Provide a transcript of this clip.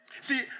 See